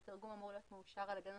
התרגום אמור להיות מאושר על ידי נוטריון.